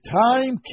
time